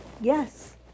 yes